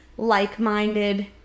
like-minded